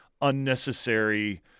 unnecessary